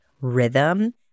rhythm